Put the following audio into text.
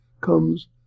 comes